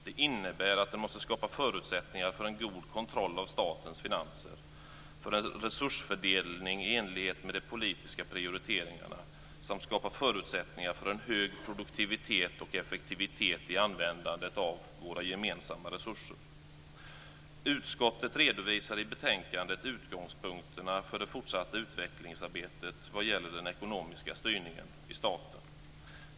Det innebär att den måste skapa förutsättningar för en god kontroll av statens finanser, för en resursfördelning i enlighet med de politiska prioriteringarna samt för en hög produktivitet och effektivitet i användandet av våra gemensamma resurser. Utskottet redovisar i betänkandet utgångspunkterna för det fortsatta utvecklingsarbetet vad gäller den ekonomiska styrningen i staten.